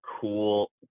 cool